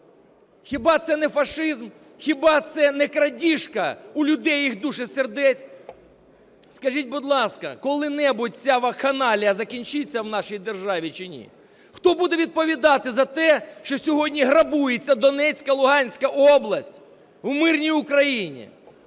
Хіба це не фашизм? Хіба це не крадіжка у людей їх душ і сердець? Скажіть, будь ласка, коли не будь ця вакханалія закінчиться в нашій державі чи ні? Хто буде відповідати за те, що сьогодні грабується Донецька і Луганська область в мирній Україні?